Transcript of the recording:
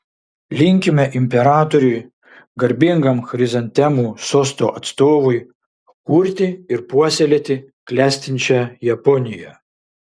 linkime imperatoriui garbingam chrizantemų sosto atstovui kurti ir puoselėti klestinčią japoniją